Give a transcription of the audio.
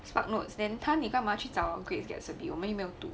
spark notes then 他你干嘛去找 greek recipe 我们又没有读